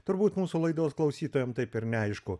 turbūt mūsų laidos klausytojam taip ir neaišku